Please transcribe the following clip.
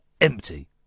empty